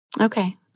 okay